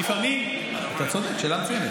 אז למה אתה צריך את החוק?